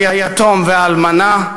היתום והאלמנה,